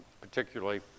particularly